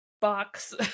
box